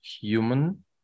human